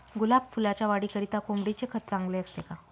गुलाब फुलाच्या वाढीकरिता कोंबडीचे खत चांगले असते का?